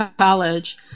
college